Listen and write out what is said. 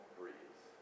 breeze